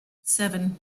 seven